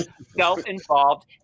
self-involved